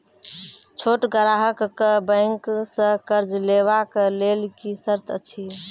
छोट ग्राहक कअ बैंक सऽ कर्ज लेवाक लेल की सर्त अछि?